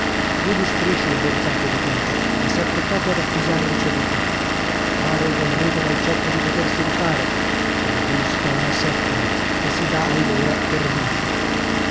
più di striscio in verità che di punta ma s'è affrettato ad accusar ricevuta pare ad enrico dal ciotto di potersi rifare ne busca una settima e si dà allora per vinto